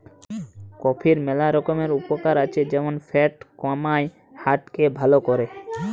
কফির ম্যালা রকমের উপকার আছে যেমন ফ্যাট কমায়, হার্ট কে ভাল করে